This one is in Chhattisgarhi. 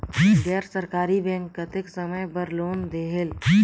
गैर सरकारी बैंक कतेक समय बर लोन देहेल?